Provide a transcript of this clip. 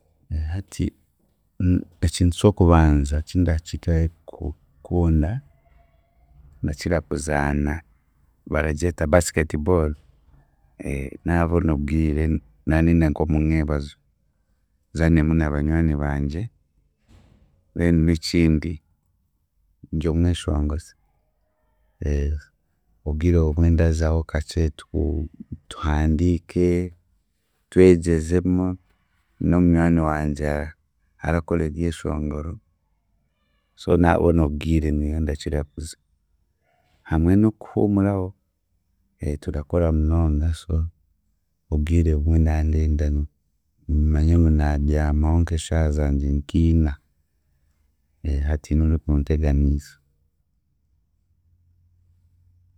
Hati ekintu ky'okubanza ekindakira ku- kukunda, ndakira kuzaana baragyeta basketball, naabona obwire naanenda nk'omumwebazo nzaanemu na banywani bangye then n'ekindi, ndomweshongozi, obwire obumwe ndazaho kakye tu- tuhandiike, twegyezemu, nyineho munywani wangye arakora ebyeshongoro so naabona obwire niyo ndakira kuza hamwe n'okuhuumuraho, turakora munonga so obwire obumwe ndandenda manye ngu naaryamaho nk'eshaaha zangey nk'ina, hatiine orikunteganiisa.